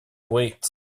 weights